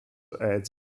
aids